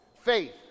faith